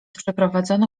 przeprowadzono